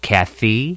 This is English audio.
Kathy